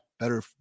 better